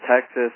Texas